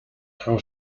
how